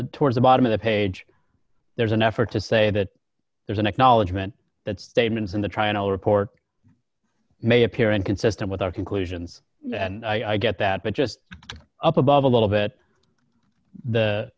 the towards the bottom of the page there's an effort to say that there's an acknowledgment that statements in the trial report may appear inconsistent with our conclusions and i get that but just up above a little bit